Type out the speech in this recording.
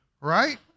right